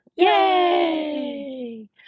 Yay